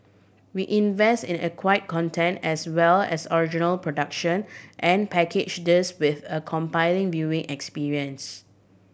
we invest in an acquire content as well as original production and package this with a compelling viewing experience